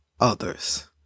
others